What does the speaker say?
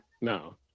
No